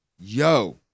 yo